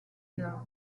year